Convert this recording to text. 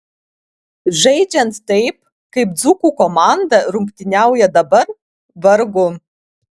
žaidžiant taip kaip dzūkų komanda rungtyniauja dabar vargu